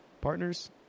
Partners